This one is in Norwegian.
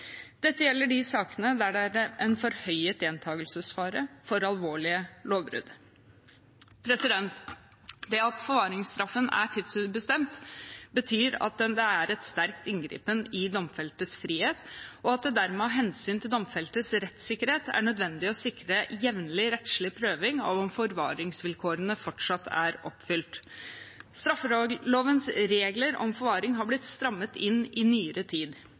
Dette gjelder de sakene der det er en forhøyet gjentakelsesfare for alvorlige lovbrudd. Det at forvaringsstraffen er tidsubestemt, betyr at det er en sterk inngripen i den domfeltes frihet, og at det dermed av hensyn til domfeltes rettssikkerhet er nødvendig å sikre jevnlig rettslig prøving av om forvaringsvilkårene fortsatt er oppfylt. Straffelovens regler om forvaring har blitt strammet inn i nyere tid.